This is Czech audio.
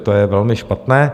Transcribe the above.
To je velmi špatné.